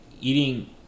eating